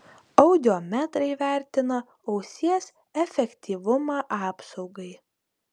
audiometrai vertina ausies efektyvumą apsaugai